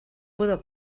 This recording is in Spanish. puedo